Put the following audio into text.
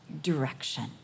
direction